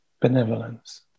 Benevolence